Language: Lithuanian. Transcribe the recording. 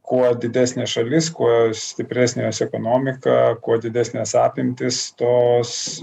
kuo didesnė šalis kuo stipresnė jos ekonomika kuo didesnės apimtys tos